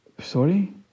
sorry